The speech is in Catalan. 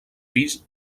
fills